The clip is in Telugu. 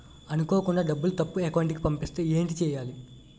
అనుకోకుండా డబ్బులు తప్పు అకౌంట్ కి పంపిస్తే ఏంటి చెయ్యాలి?